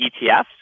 ETFs